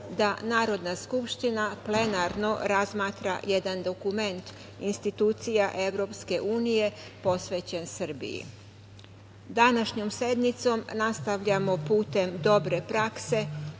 da Narodna skupština plenarno razmatra jedan dokument institucija EU posvećen Srbiji. Današnjom sednicom nastavljamo putem dobre prakse